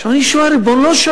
עכשיו, אני שואל, ריבונו של